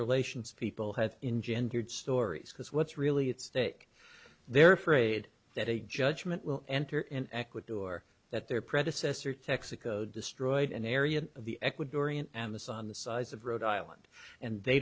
relations people have engendered stories because what's really at stake they're afraid that a judgment will enter in ecuador that they're predecessor texaco destroyed an area of the ecuadorian amazon the size of rhode island and they